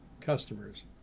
customers